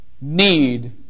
need